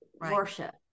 worship